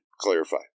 clarify